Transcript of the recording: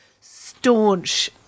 staunch